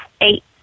eight